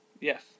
Yes